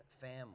family